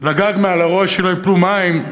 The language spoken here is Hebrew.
לגג מעל הראש שלא ייפלו מים.